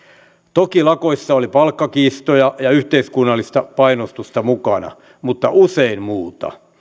toki lakoissa oli palkkakiistoja ja yhteiskunnallista painostusta mukana mutta usein muuta